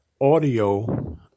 audio